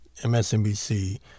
MSNBC